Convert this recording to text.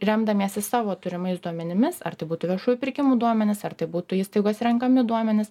remdamiesi savo turimais duomenimis ar tai būtų viešųjų pirkimų duomenys ar tai būtų įstaigos renkami duomenys